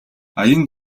аян